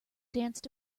danced